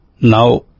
now